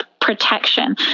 protection